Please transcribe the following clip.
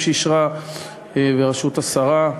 בראשות השרה,